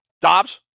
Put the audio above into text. Dobbs